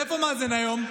איפה מאזן היום?